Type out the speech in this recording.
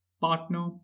partner